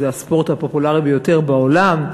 זה הספורט הפופולרי ביותר בעולם,